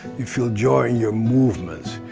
you feel joy in your movements.